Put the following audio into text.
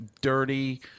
dirty